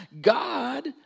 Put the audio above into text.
God